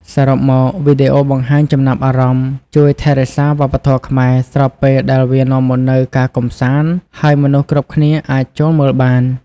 សរុបមក វីដេអូបង្ហាញចំណាប់អារម្មណ៍ជួយថែរក្សាវប្បធម៌ខ្មែរ ស្របពេលដែលវានាំមកនូវការកម្សាន្ត ហើយមនុស្សគ្រប់គ្នាអាចចូលមើលបាន។